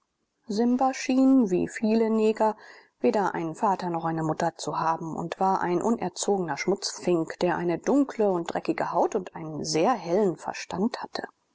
simba schien wie viele neger weder einen vater noch eine mutter zu haben und war ein unerzogener schmutzfink der eine dunkle und dreckige haut und einen sehr hellen verstand hatte